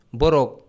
borok